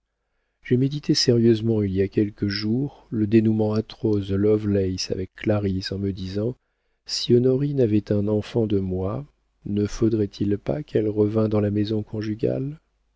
j'ai médité sérieusement il y a quelques jours le dénoûment atroce de lovelace avec clarisse en me disant si honorine avait un enfant de moi ne faudrait-il pas qu'elle revînt dans la maison conjugale